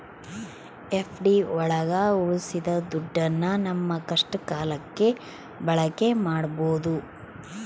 FD ಒಳಗ ಉಳ್ಸಿದ ದುಡ್ಡನ್ನ ನಮ್ ಕಷ್ಟ ಕಾಲಕ್ಕೆ ಬಳಕೆ ಮಾಡ್ಬೋದು